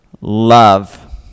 love